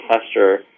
cluster